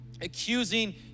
accusing